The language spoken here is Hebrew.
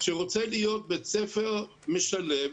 שרוצה להיות בית-ספר משלב,